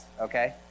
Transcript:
okay